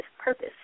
purpose